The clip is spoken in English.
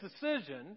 decision